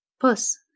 Puss